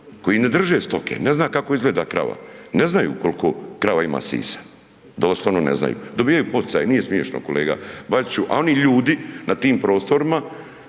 koji ne drže stoke, ne zna kako izgleda krava, ne znaju koliko krava ima sisa, doslovno ne znaju. Dobivaju poticaje, nije smiješno kolega Bačiću, a oni ljudi na tim prostorima